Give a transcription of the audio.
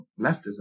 leftism